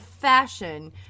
fashion